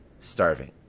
starving